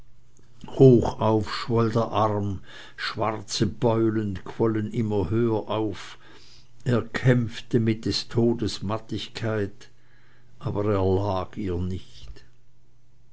schwoll der arm schwarze beulen quollen immer höher auf er kämpfte mit des todes mattigkeit aber er erlag ihr nicht